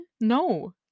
no